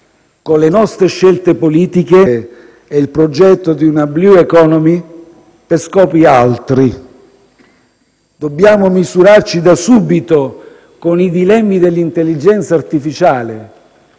a sacrificare l'ambiente e il progetto di una*blue* *economy* per scopi altri. Dobbiamo misurarci da subito con i dilemmi dell'intelligenza artificiale